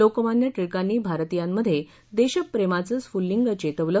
लोकमान्य िळिकांनी भारतीयांमध्ये देशप्रेमाचं स्फुल्लिंग चेतवलं